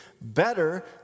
better